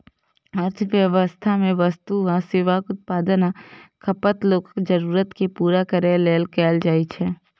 अर्थव्यवस्था मे वस्तु आ सेवाक उत्पादन आ खपत लोकक जरूरत कें पूरा करै लेल कैल जाइ छै